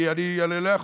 אני לא יכול.